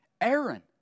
Aaron